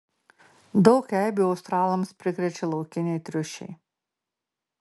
daug eibių australams prikrečia laukiniai triušiai